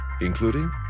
including